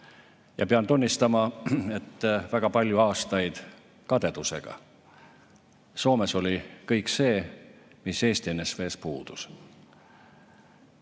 ja pean tunnistama, et väga palju aastaid kadedusega. Soomes oli kõik see, mis Eesti NSV‑s puudus.